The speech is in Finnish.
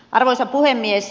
arvoisa puhemies